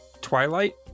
Twilight